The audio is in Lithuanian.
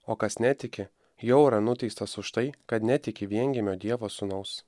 o kas netiki jau yra nuteistas už tai kad netiki viengimio dievo sūnaus